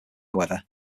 however